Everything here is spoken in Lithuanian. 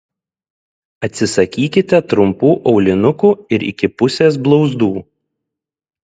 atsisakykite trumpų aulinukų ir iki pusės blauzdų